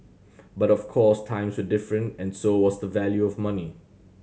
but of course times were different and so was the value of money